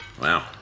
Wow